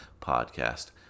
podcast